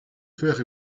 faire